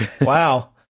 Wow